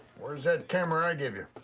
where's that camera i gave you?